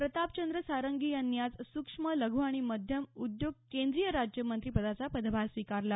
प्रतापचंद्र सारंगी यांनी आज सुक्ष्म लघु आणि मध्यम उद्योग केंद्रीय राज्यमंत्री पदाचा पदभार स्विकारला